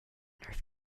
earth